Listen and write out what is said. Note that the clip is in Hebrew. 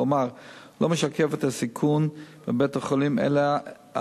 כלומר לא משקף את הסיכון בבית-החולים אלא את